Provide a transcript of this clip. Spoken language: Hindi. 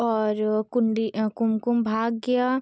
और कुण्डी कुमकुम भाग्य